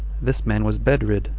this man was bedrid,